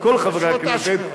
ומצד כל חברי הכנסת,